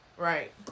right